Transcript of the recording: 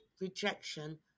rejection